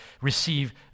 receive